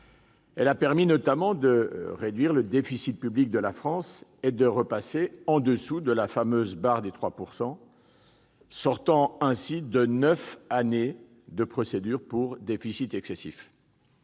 Elle a notamment permis de réduire le déficit public de la France et de repasser en dessous de la fameuse barre des 3 %, sortant ainsi de neuf années de procédure pour déficit excessif.